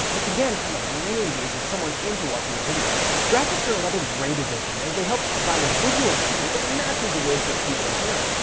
which again, kind of reengages someone into watching your video. graphics are another great addition as they help to provide a visual cue that matches the words that people are hearing.